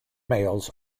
males